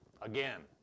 again